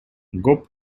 гоп